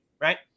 right